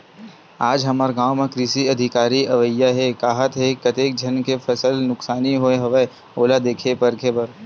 आज हमर गाँव म कृषि अधिकारी अवइया हे काहत हे, कतेक झन के फसल नुकसानी होय हवय ओला देखे परखे बर